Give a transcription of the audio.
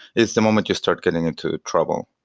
is the moment you start getting into trouble.